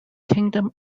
kingdom